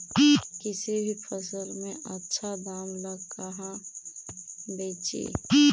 किसी भी फसल के आछा दाम ला कहा बेची?